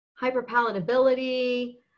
hyperpalatability